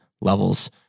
levels